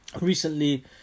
Recently